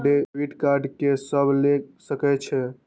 Debit card के सब ले सके छै?